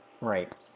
Right